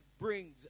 brings